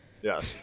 yes